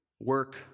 Work